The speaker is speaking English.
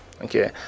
Okay